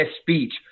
speech